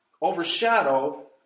overshadow